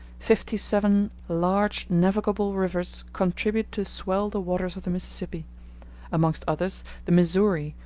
fifty-seven large navigable rivers contribute to swell the waters of the mississippi amongst others, the missouri,